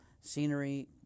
scenery